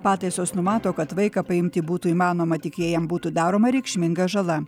pataisos numato kad vaiką paimti būtų įmanoma tik jei jam būtų daroma reikšminga žala